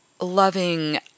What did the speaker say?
loving